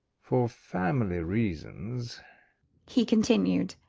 for family reasons he continued.